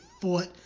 fought